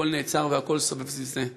הכול נעצר והכול סובב סביב זה.